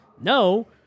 No